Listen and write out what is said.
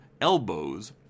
Elbows